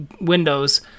Windows